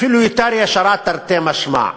אפילו יותר ישרה, תרתי משמע.